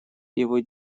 его